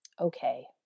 okay